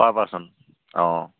পাৰ পাৰ্চন অ